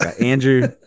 Andrew